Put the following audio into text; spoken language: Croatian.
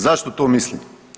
Zašto to mislim?